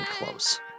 close